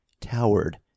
towered